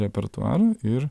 repertuarą ir